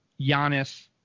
Giannis